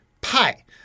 Pi